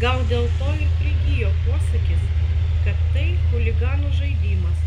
gal dėl to ir prigijo posakis kad tai chuliganų žaidimas